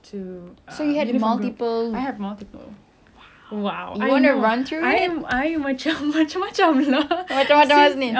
!wow! I know I am I macam macam-macam lah since ah macam macam macam dari primary school it's if primary school I